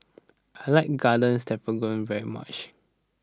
I like Garden Stroganoff very much